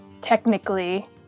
technically